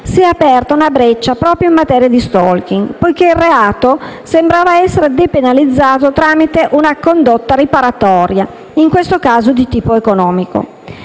si è aperta una breccia proprio in materia di *stalking*, sembrando il reato depenalizzato tramite una condotta riparatoria, in questo caso di tipo economico.